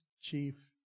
chief